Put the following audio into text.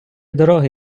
дороги